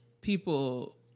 people